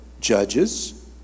judges